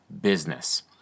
business